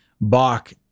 Bach